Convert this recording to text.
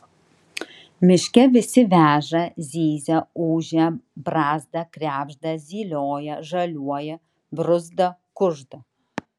miške visi veža zyzia ūžia brazda krebžda zylioja žaliuoja bruzda kužda